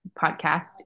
podcast